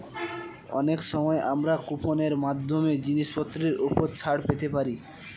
অনেক সময় আমরা কুপন এর মাধ্যমে জিনিসপত্রের উপর ছাড় পেতে পারি